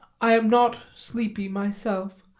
i am not sleepy myself,